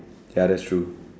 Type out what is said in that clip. ya that's true